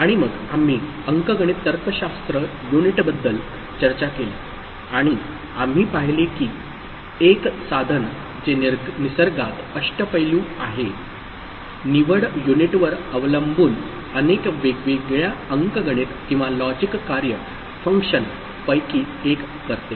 आणि मग आम्ही अंकगणित तर्कशास्त्र युनिटबद्दल चर्चा केली आणि आम्ही पाहिले की एक साधन जे निसर्गात अष्टपैलू आहे निवड युनिटवर अवलंबून अनेक वेगवेगळ्या अंकगणित किंवा लॉजिक कार्य फंक्शन पैकी एक करते